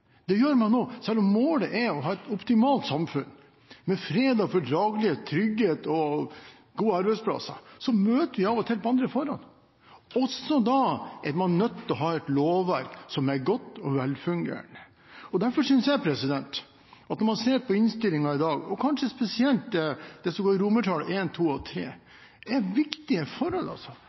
Det gjør man nå. Selv om målet er å ha et optimalt samfunn med fred og fordragelighet, trygghet og gode arbeidsplasser, møter vi av og til andre forhold. Også da er man nødt til å ha et lovverk som er godt og velfungerende. Derfor synes jeg, når man ser på innstillingen i dag, kanskje spesielt på I, II og III, at dette er viktige forhold,